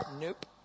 Nope